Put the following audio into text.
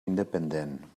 independent